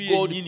God